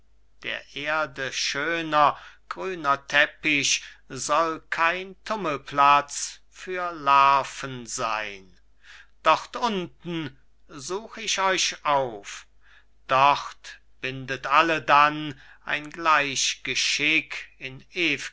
der erde schöner grüner teppich soll kein tummelplatz für larven sein dort unten such ich euch auf dort bindet alle dann ein gleich geschick in